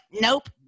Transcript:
nope